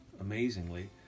amazingly